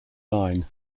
line